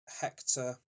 Hector